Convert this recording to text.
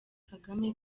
kagame